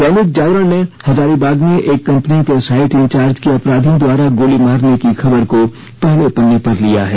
दैनिक जागरण ने हजारीबाग में एक कंपनी के साईट इंचार्ज की अपराधियों द्वारा गोली मारने की खबर को पहले पन्ने पर लिया है